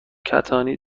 کتانی